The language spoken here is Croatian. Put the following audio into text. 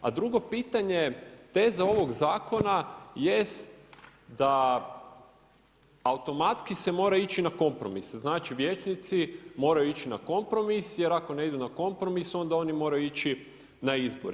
A drugo pitanje, teze ovog zakona jesu da automatski se mora ići na kompromise znači vijećnici moraju ići na kompromis jer ako ne idu na kompromis onda oni moraju ići na izbore.